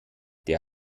der